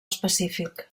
específic